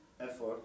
effort